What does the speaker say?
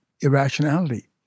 irrationality